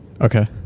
Okay